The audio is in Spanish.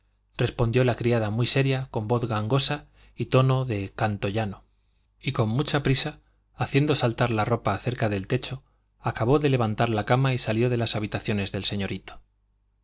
está señorito bien está respondió la criada muy seria con voz gangosa y tono de canto llano y con mucha prisa haciendo saltar la ropa cerca del techo acabó de levantar la cama y salió de las habitaciones del señorito